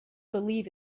believe